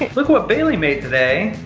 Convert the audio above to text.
look what bailey made today.